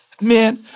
Man